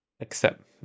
Accept